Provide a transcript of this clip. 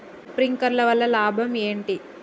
Sprinkler వల్ల లాభం ఏంటి?